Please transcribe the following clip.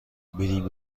میریم